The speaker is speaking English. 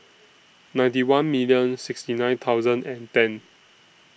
ninety one million sixty nine thousand and ten